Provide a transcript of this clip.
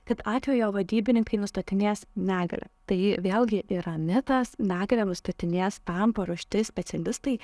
kad atvejo vadybininkai nustatinės negalią tai vėlgi yra ne tas negalią nustatinės tam paruošti specialistai